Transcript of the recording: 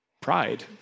Pride